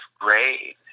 grade